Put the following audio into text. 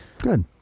good